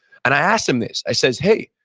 and i asked him this, i says, hey,